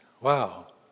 Wow